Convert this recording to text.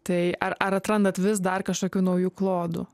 tai ar ar atrandat vis dar kažkokių naujų klodų